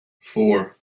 four